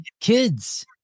Kids